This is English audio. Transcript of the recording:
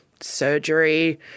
surgery